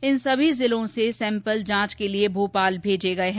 इन सभी जिलों से सैंपल जांच के लिए भोपाल भेजे गये हैं